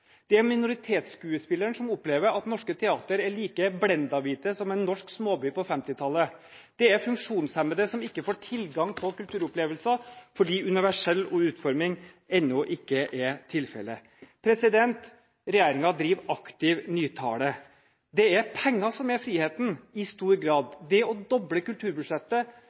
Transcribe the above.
Det er minoritetsskuespilleren som opplever at norske teatre er like blendahvite som en norsk småby på 1950-tallet. Det er funksjonshemmede som ikke får tilgang på kulturopplevelser, fordi universell utforming ennå ikke er tilfellet. Regjeringen driver aktiv nytale. Det er penger som i stor grad er friheten. Det å doble kulturbudsjettet